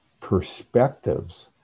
perspectives